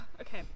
Okay